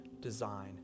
design